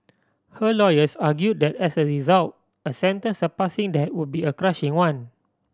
her lawyers argue that as a result a senten surpassing that would be a crushing one